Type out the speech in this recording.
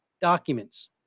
documents